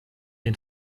den